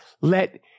Let